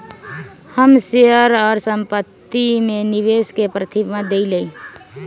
हम शेयर आऽ संपत्ति में निवेश के प्राथमिकता देलीयए